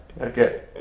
okay